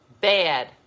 Bad